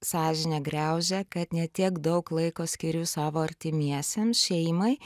sąžinė griaužia kad ne tiek daug laiko skiriu savo artimiesiems šeimai